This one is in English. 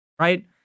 right